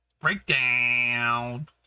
breakdown